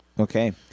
Okay